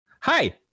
hi